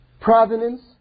providence